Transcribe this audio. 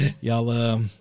Y'all